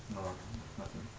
no nothing